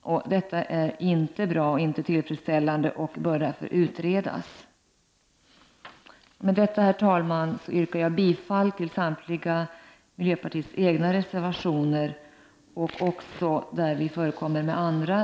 Detta är inte tillfredsställande och bör därför utredas. Med detta, herr talman, yrkar jag bifall till miljöpartiets egna reservationer och också till de reservationer som vi har avgivit med andra partier.